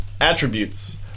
attributes